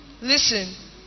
Listen